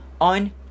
on